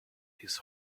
his